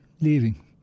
leaving